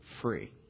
free